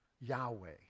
Yahweh